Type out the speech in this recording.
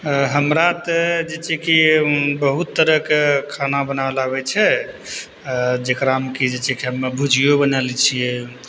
हमरा तऽ जे छै कि बहुत तरहके खाना बनावल आबय छै जकरामे कि जे छै कि हमे भुजियो बनाय लै छियै